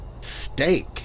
Steak